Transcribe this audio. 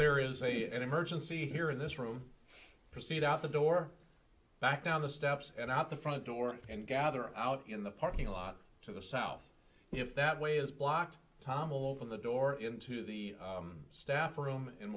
there is a an emergency here in this room proceed out the door back down the steps and out the front door and gather out in the parking lot to the south if that way is blocked tom will open the door into the staff room and